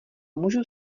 můžu